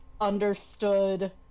understood